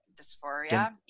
dysphoria